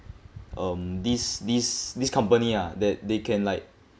um this this this company ah that they can like